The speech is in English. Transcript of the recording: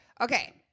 Okay